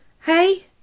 Hey